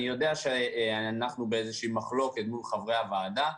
אני יודע שאנחנו באיזושהי מחלוקת מול חברי הוועדה.